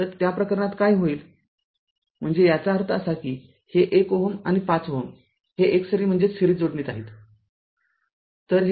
तर त्या प्रकरणात काय होईल म्हणजे याचा अर्थ असा की हे १ Ω आणि ५ Ω हे एकसरी जोडणीत असेल